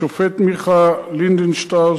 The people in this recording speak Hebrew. השופט מיכה לינדנשטראוס,